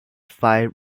five